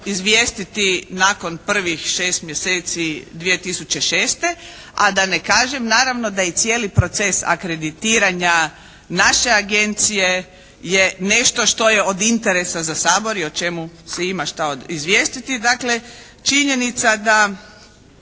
izvijestiti nakon prvih šest mjeseci 2006. a da ne kažem naravno da i cijeli proces akreditiranja naše agencije je nešto što je od interesa za Sabor i o čemu se ima šta izvijestiti. Dakle činjenica da